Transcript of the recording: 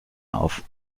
auf